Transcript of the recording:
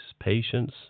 patience